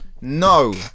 no